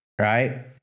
right